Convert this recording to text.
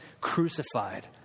crucified